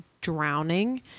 drowning